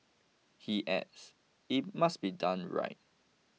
he adds it must be done right